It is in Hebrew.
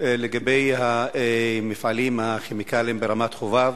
לגבי מפעלי הכימיקלים ברמת-חובב.